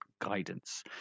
guidance